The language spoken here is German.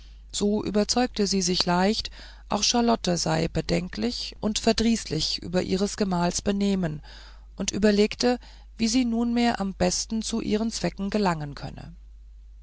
so überzeugte sie sich leicht auch charlotte sei bedenklich und verdrießlich über ihres gemahls benehmen und überlegte wie sie nunmehr am besten zu ihren zwecken gelangen könne